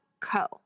co